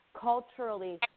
culturally